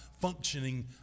functioning